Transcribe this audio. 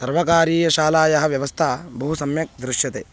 सर्वकारीयशालायाः व्यवस्था बहु सम्यक् दृश्यते